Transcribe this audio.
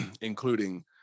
including